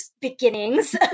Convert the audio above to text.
beginnings